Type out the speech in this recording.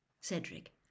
Cedric